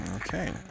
Okay